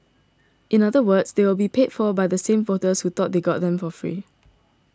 in other words they will be paid for by the same voters who thought they got them for free